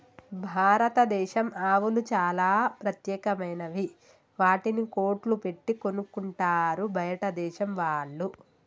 భారతదేశం ఆవులు చాలా ప్రత్యేకమైనవి వాటిని కోట్లు పెట్టి కొనుక్కుంటారు బయటదేశం వాళ్ళు